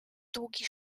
długi